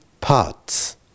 parts